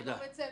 אין בית ספר.